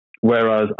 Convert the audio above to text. Whereas